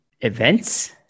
events